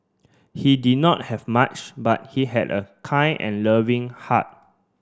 he did not have much but he had a kind and loving heart